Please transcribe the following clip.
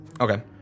Okay